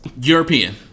European